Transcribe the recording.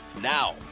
Now